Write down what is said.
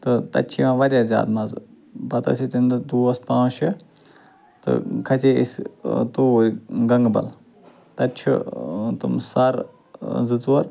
تہٕ تَتہِ چھِ یِوان وارِیاہ زیادٕ مَزٕ پتہٕ ٲسۍ أسۍ تَمہِ دۄہ دوس پانٛژ شےٚ تہٕ کھَژےٚ أسۍ توٗرۍ گنٛگہٕ بل تَتہِ چھُ تِم سر زٕ ژور